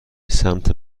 سمت